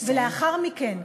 ולאחר מכן,